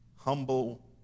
humble